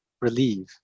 relieve